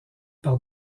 par